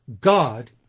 God